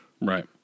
Right